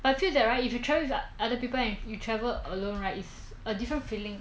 but I feel that right if you travel with other people and you travel alone right is a different feeling